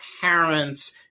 parents